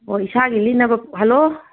ꯑꯣ ꯏꯁꯥꯒꯤ ꯂꯤꯠꯅꯕ ꯍꯂꯣ